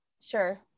Sure